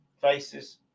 faces